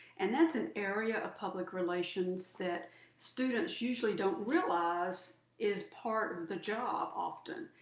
and that's an area of public relations that students usually don't realize is part of the job often.